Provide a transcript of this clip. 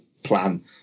Plan